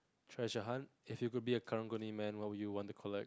treasure hunt if you could be a karang-guni man what would you want to collect